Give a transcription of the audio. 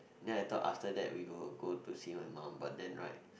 then I thought after that we go go to see my mum but then right